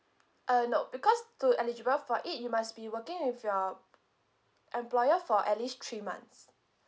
uh no because to eligible for it you must be working with your employer for at least three months